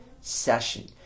session